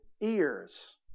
ears